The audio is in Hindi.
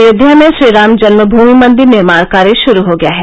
अयोध्या में श्रीराम जन्मनूमि मंदिर निर्माण कार्य श्रू हो गया है